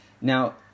Now